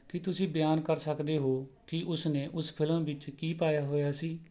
ਕੀ ਤੁਸੀਂ ਬਿਆਨ ਕਰ ਸਕਦੇ ਹੋ ਕਿ ਉਸਨੇ ਉਸ ਫਿਲਮ ਵਿੱਚ ਕੀ ਪਾਇਆ ਹੋਇਆ ਸੀ